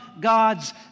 God's